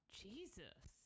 jesus